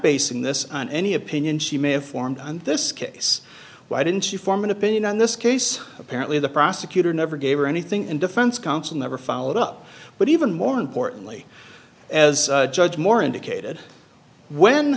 basing this on any opinion she may have formed on this case why didn't she form an opinion on this case apparently the prosecutor never gave her anything in defense counsel never followed up but even more importantly as judge moore indicated when